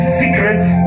secrets